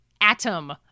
atom